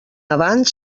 avant